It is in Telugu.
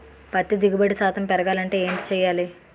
పత్తి దిగుబడి శాతం పెరగాలంటే ఏంటి చేయాలి?